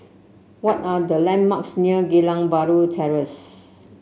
what are the landmarks near Geylang Bahru Terrace